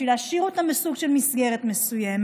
בשביל להשאיר אותם בסוג של מסגרת מסוימת,